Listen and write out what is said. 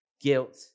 guilt